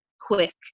quick